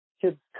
kids